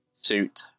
suit